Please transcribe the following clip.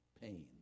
pain